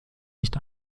nicht